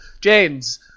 James